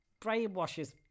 brainwashes